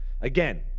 Again